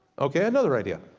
okay another idea.